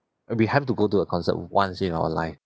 and we have to go to a concert once in our life